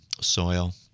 soil